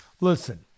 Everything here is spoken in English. Listen